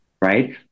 right